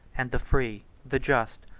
and the free, the just,